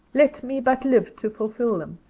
let me but live to fulfil them,